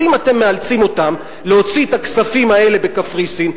אז אם אתם מאלצים אותם להוציא את הכספים האלה בקפריסין,